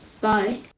Bye